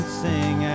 sing